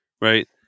right